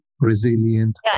resilient